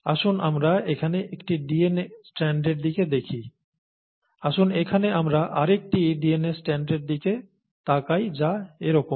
আসুন আমরা এখানে একটি DNA স্ট্যান্ডের দিকে দেখি আসুন এখানে আমরা আরেকটি DNA স্ট্যান্ডের দিকে তাকাই যা এরকম